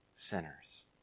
sinners